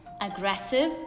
aggressive